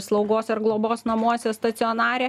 slaugos ar globos namuose stacionare